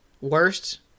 Worst